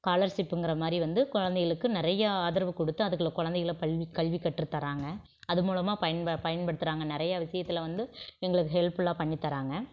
ஸ்காலர்ஷிப்புங்கிற மாதிரி வந்து குழந்தைகளுக்கு நிறையா ஆதரவு கொடுத்து அதுகள குழந்தைகள பள்ளி கல்வி கற்று தராங்கள் அது மூலமாக பயன்ப பயன்படுத்துகிறாங்க நிறையா விஷியத்தில் வந்து எங்களுக்கு ஹெல்ப்ஃபுல்லா பண்ணித் தராங்கள்